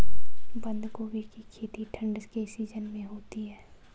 बंद गोभी की खेती ठंड के सीजन में होती है